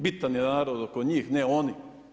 Bitan je narod oko njih, a ne oni.